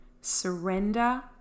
surrender